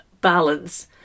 balance